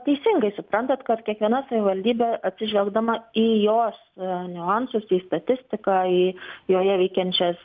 teisingai suprantat kad kiekviena savivaldybė atsižvelgdama į jos niuansus į statistiką į joje veikiančias